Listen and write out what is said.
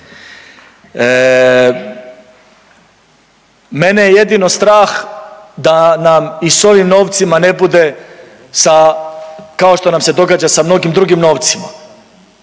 Mene je jedino strah da nam i s ovim novcima ne bude sa kao što nam se događa sa mnogim drugim novcima.